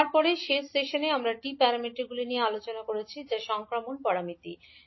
তারপরে শেষ সেশনে আমরা টি প্যারামিটারগুলি নিয়ে আলোচনা করেছি যা সংক্রমণ প্যারামিটার